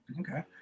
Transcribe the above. Okay